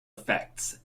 effects